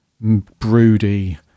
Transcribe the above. broody